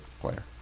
player